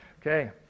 Okay